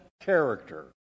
character